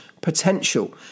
potential